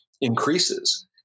increases